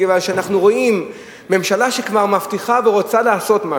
מכיוון שאנחנו רואים ממשלה שכבר מבטיחה ורוצה לעשות משהו,